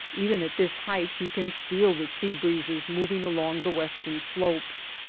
even at this height you can feel the sea-breezes moving along the western slopes.